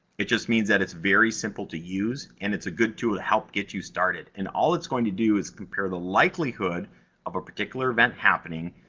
it just means that it's very simple to use, and it's a good tool to help get you started. and, all it's going to do, is compare the likelihood of a particular event happening,